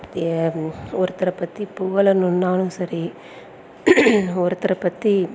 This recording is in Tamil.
ஒருத்தரை பற்றி புகழணுன்னாலும் சரி ஒருத்தரை பற்றி